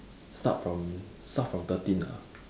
start from start from thirteen ah